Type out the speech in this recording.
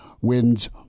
wins